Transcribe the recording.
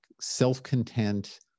self-content